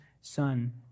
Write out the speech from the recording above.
son